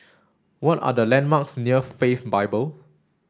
what are the landmarks near Faith Bible